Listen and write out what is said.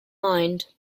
mind